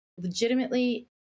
legitimately